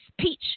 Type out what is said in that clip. speech